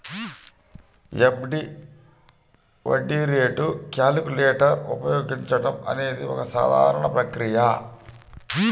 FD వడ్డీ రేటు calculator ఉపయోగించడం అనేది ఒక సాధారణ ప్రక్రియ